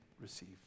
receive